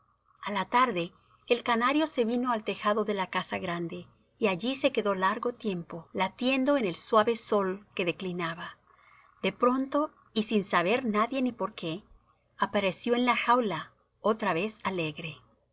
a la tarde el canario se vino al tejado de la casa grande y allí se quedó largo tiempo latiendo en el suave sol que declinaba de pronto y sin saber nadie cómo ni por qué apareció en la jaula otra vez alegre